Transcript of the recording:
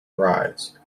rise